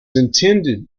intended